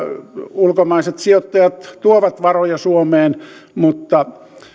ulkomaiset sijoittajat tuovat varoja suomeen mutta